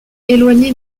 éloigné